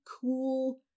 cool